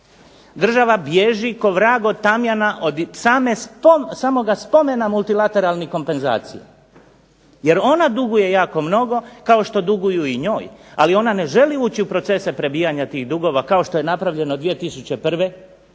Država bježi ko vrag od tamjana od samoga spomena multilateralnih kompenzacija jer ona duguje jako mnogo, kao što duguju i njoj, ali ona ne želi ući u procese prebijanja tih dugova kao što je napravljeno 2001., odnosno